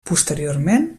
posteriorment